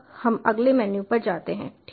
अब हम अगले मेनू पर जाते हैं ठीक है